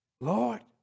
Lord